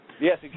Yes